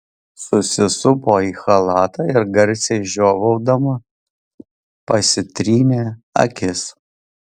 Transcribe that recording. susisupo į chalatą ir garsiai žiovaudama pasitrynė akis